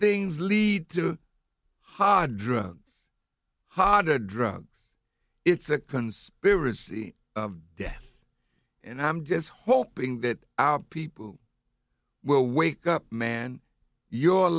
things lead to hard drugs harder drugs it's a conspiracy death and i'm just hoping that people will wake up man your